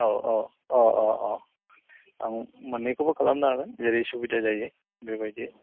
औ औ अ अ अ आं मोननैखौबो खालामनो हागोन जेरै सुबिदा जायो बेबायदि